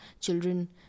children